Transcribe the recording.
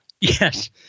Yes